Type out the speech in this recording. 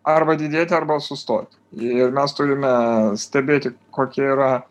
arba didėti arba sustoti ir mes turime stebėti kokie yra